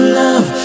love